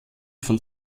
von